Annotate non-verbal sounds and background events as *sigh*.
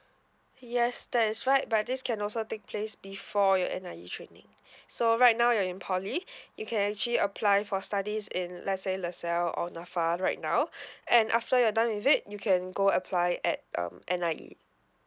yes that is right but this can also take place before your N_I_E training so right now you're in poly you can actually apply for studies in let's say LASALLE or NAFA right now *breath* and after you're done with it you can go apply at um N_I_E